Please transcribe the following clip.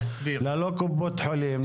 ללא קופות חולים,